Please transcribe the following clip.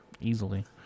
Easily